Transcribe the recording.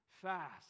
fast